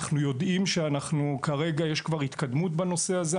אנחנו יודעים שכרגע יש כבר התקדמות בנושא הזה,